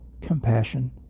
compassion